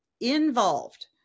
involved